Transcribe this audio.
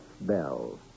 Bell